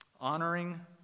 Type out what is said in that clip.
Honoring